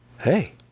Hey